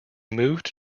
moved